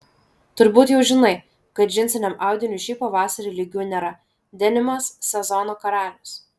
turbūt jau žinai kad džinsiniam audiniui šį pavasarį lygių nėra denimas sezono karalius